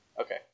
Okay